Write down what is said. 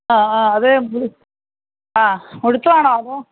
ആ ആ അതെ ആ മുഴുത്തതാണോ അതോ